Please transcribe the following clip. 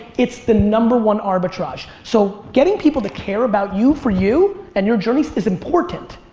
it's the number one arbitrage. so getting people to care about you for you and your journey is important.